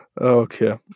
Okay